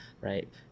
right